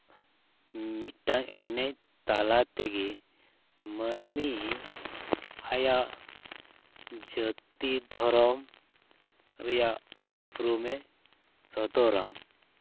ᱢᱤᱫᱴᱟᱱ ᱮᱱᱮᱡ ᱛᱟᱞᱟ ᱛᱮᱜᱮ ᱢᱟᱹᱱᱢᱤ ᱟᱭᱟᱜ ᱡᱟᱹᱛᱤ ᱫᱷᱚᱨᱚᱢ ᱨᱮᱭᱟᱜ ᱩᱯᱨᱩᱢᱮ ᱥᱚᱫᱚᱨᱟ